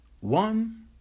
One